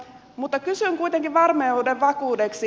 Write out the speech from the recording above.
mutta kysyn kuitenkin varmuuden vakuudeksi